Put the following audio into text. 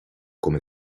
come